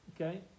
Okay